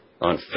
on